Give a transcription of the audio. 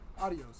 Adios